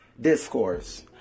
discourse